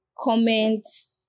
comments